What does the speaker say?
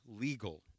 legal